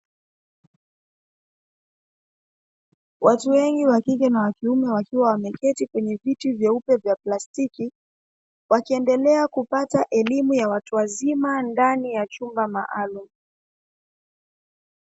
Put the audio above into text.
Watu wengi wa kike na wa kiume wakiwa wameketi kwenye viti vyeupe vya plastiki, wakiendelea kupata elimu ya watu wazima ndani ya chumba maalumu.